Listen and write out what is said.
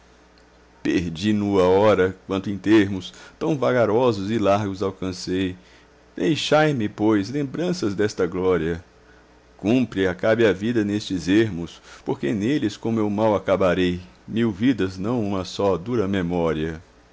perdi nua hora quanto em termos tão vagarosos e largos alcancei leixai me pois lembranças desta glória cumpre acabe a vida nestes ermos porque neles com meu mal acabarei mil vidas não ua só dura memória